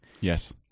Yes